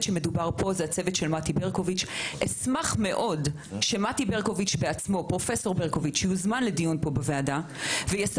אשמח מאוד שפרופסור ברקוביץ' יוזמן לדיון